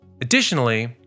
Additionally